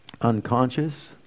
unconscious